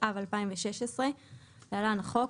התשע"ו-2016 (להלן החוק),